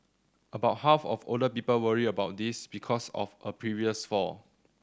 about half of older people worry about this because of a previous fall